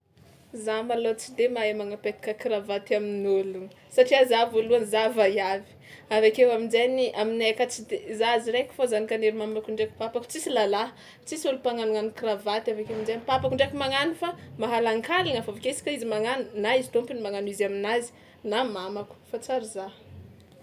Za malôha tsy de mahay magnapetaka kravaty amin'ôlo satria za voalohany za vaiavy avy akeo amin-jainy aminay aka tsy de za za raiky fao zanakan'ery mamako ndraiky papako tsisy lalahy, tsisy ôlo mpagnanognano kravaty avy akeo amin-jay ny papako ndraiky magnano fa mahalankalagna fa avy ake izy ka izy magnano na izy tômpony magnano izy aminazy na mamako fa tsary za.